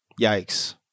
Yikes